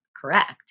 correct